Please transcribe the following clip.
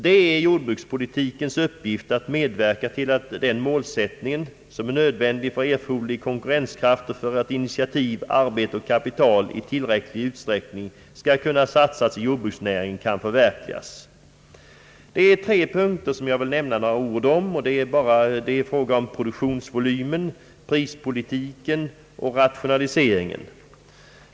Det är jordbrukspolitikens uppgift att medverka till att denna målsättning, som är nödvändig för erforderlig konkurrenskraft och för att initiativ, arbete och kapital i tillräcklig utsträckning skall kunna satsas, kan förverkligas. Det är tre punkter jag vill säga några ord om, nämligen produktionsvolymen, prispolitiken och rationaliseringen.